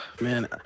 Man